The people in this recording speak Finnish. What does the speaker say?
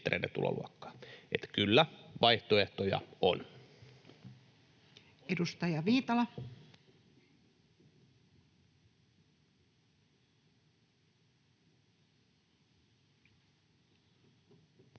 kyllä vaihtoehtoja on.